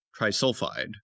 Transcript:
trisulfide